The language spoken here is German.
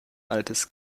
altes